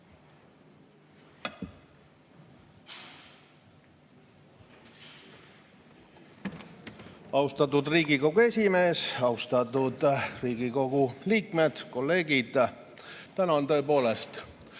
Austatud Riigikogu esimees! Austatud Riigikogu liikmed, kolleegid! Täna on tõepoolest